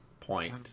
point